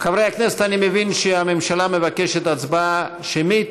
חברי הכנסת, אני מבין שהממשלה מבקשת הצבעה שמית.